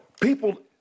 people